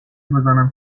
بزنم